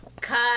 Cut